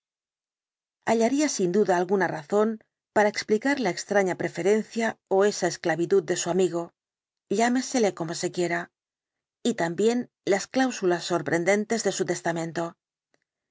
hallaría sin duda alguna razón para explien busca del sr hyde car la extraña preferencia ó esa esclavitud de su amigo llámesele como se quiera y también las cláusulas sorprendentes de su testamento